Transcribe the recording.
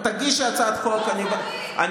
תגישי הצעת חוק, לא צריך.